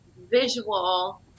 visual